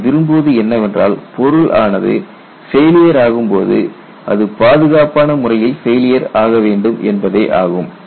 நாம் விரும்புவது என்னவென்றால் பொருள் ஆனது ஃபெயிலியர் ஆகும் போது அது பாதுகாப்பான முறையில் ஃபெயிலியர் வேண்டும் என்பதே ஆகும்